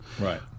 right